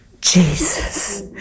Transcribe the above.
Jesus